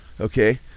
Okay